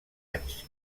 anys